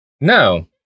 No